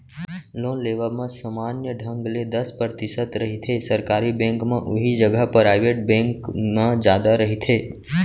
loan लेवब म समान्य ढंग ले दस परतिसत रहिथे सरकारी बेंक म उहीं जघा पराइबेट बेंक म जादा रहिथे